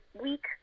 Week